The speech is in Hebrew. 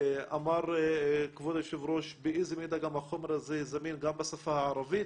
אמר כבוד היושב ראש באיזו מידה גם החומר הזה זמין גם בשפה הערבית.